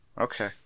Okay